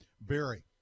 Barry